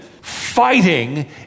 fighting